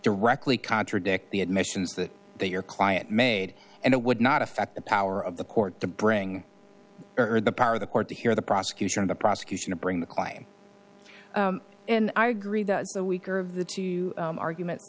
directly contradict the admissions that your client made and it would not affect the power of the court to bring her the power of the court to hear the prosecution of the prosecution to bring the client and i agree that the weaker of the two arguments